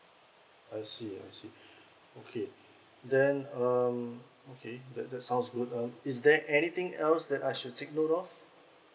I see I see okay then um okay that that sounds good um is there anything else that I should take note of